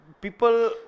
People